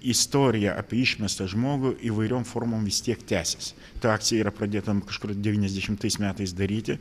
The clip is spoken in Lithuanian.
istorija apie išmestą žmogų įvairiom formom vis tiek tęsiasi ta akcija yra pradėta kažkur devyniasdešimtais metais daryti